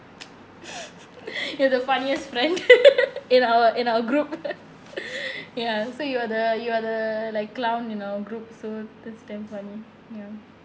you're the funniest friend in our in our group ya so you are the you are the like clown in our group so that's damn funny ya